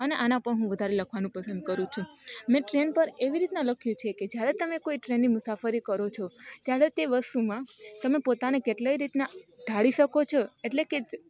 અને આના પર હું વધારે લખવાનું પસંદ કરું છું મેં ટ્રેન પર એવી રીતના લખ્યું છે કે જ્યારે તમે કોઈ ટ્રેનની મુસાફરી કરો છો ત્યારે તે વસ્તુમાં તમે પોતાને કેટલી રીતના ઢાળી શકો છો એટલે કે